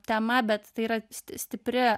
tema bet tai yra s stipri